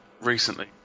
recently